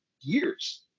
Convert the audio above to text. years